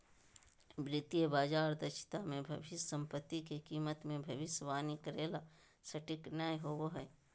वित्तीय बाजार दक्षता मे भविष्य सम्पत्ति के कीमत मे भविष्यवाणी करे ला सटीक नय होवो हय